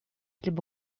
либо